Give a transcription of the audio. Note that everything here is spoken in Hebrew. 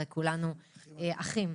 הרי כולנו אחים.